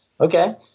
Okay